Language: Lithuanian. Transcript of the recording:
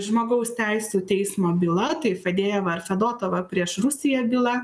žmogaus teisių teismo byla tai fadejevo ir fedotovo prieš rusiją byla